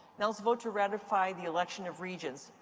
now, let's vote to ratify the election of regents.